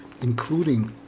including